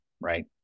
Right